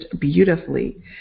beautifully